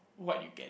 what you getting